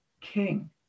king